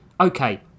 Okay